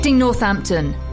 Northampton